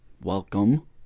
welcome